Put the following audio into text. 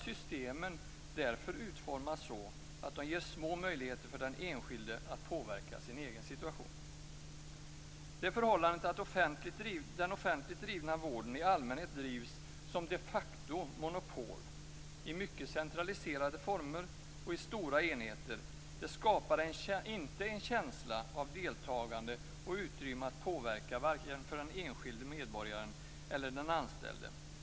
Systemen utformas därför så att de ger små möjligheter för den enskilde att påverka sin egen situation. Det förhållandet att den offentligt drivna vården i allmänhet drivs som de facto monopol i mycket centraliserade former och stora enheter, skapar inte en känsla av deltagande och utrymme att påverka, varken för den enskilde medborgaren eller den anställde.